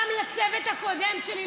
גם לצוות הקודם שלי,